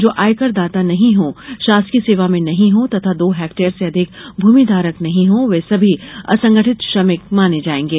जो आयकर दाता नहीं हो शासकीय सेवा में नहीं हो तथा दो हेक्टेयर से अधिक भूमिधारक नहीं हो वे सभी असंगठित श्रमिक माने जायेंगे